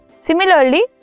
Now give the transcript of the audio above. Similarly